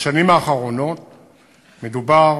בשנים האחרונות מדובר,